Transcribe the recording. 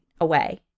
away